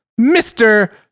Mr